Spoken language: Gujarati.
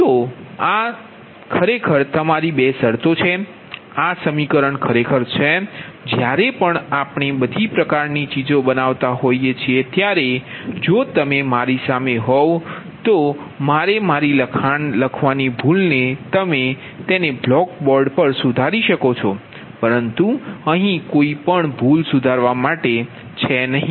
તેથી આ સમીકરણ ખરેખર છે જ્યારે પણ આપણે બધી પ્રકારની ચીજો બનાવતા હોઈએ છીએ ત્યારે જો તમે મારી સામે હોવ તો તમે મારી લખાણ લખવાની ભૂલ ને તમે તેને બ્લેક બોર્ડ પર સુધારી શકો છો પરંતુ અહીં કોઈ ભૂલ સુધારવા માટે નથી